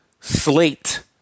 slate